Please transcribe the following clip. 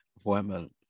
appointment